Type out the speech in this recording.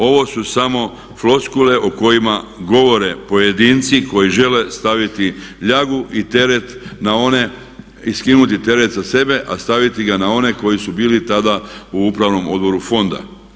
Ovo su samo floskule o kojima govore pojedinci koji žele staviti ljagu i teret na one i skinuti teret sa sebe, a staviti ga na one koji su bili tada u Upravnom odboru Fonda.